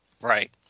Right